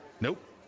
Nope